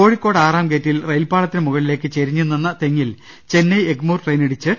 കോഴിക്കോട് ആറാംഗേറ്റിൽ റെയിൽപ്പാളത്തിന് മുകളിലേക്ക് ചെരിഞ്ഞുനിന്ന തെങ്ങിൽ ചെന്നൈ എഗ്മോർ ട്രെയിനിടിച്ചു